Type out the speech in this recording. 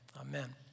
Amen